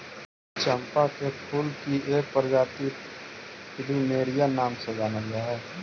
चंपा के फूल की एक प्रजाति प्लूमेरिया नाम से जानल जा हई